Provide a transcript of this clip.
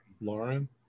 Lauren